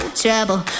trouble